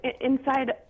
inside